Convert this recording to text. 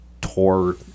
tore